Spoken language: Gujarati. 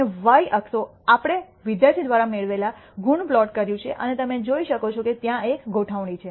અને y અક્ષો આપણે વિદ્યાર્થી દ્વારા મેળવેલા ગુણપ્લોટ કર્યું છે અને તમે જોઈ શકો છો કે ત્યાં એક ગોઠવણી છે